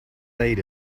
ate